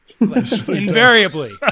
invariably